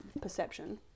perception